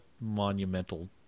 monumental